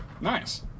Nice